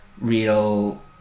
real